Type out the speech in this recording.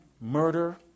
murder